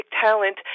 talent